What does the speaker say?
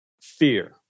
Fear